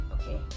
okay